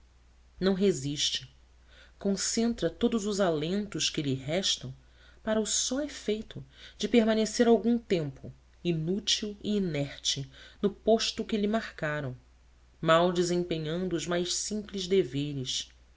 não resiste concentra todos os alentos que lhe restam para o só efeito de permanecer algum tempo inútil e inerte no posto que lhe marcaram mal desempenhando os mais simples deveres